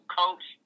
coach